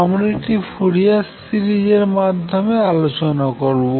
আমরা এটি Fourier series এর মাধ্যমে আলোচনা করবো